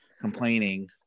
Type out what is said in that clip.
complaining